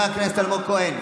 חבר הכנסת אלמוג כהן.